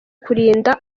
kurinda